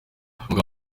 umugabo